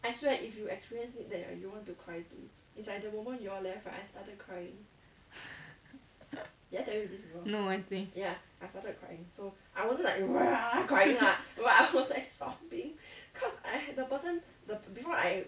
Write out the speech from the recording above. no I think